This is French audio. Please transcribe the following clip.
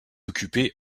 occupé